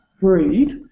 breed